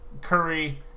Curry